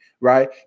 Right